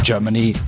Germany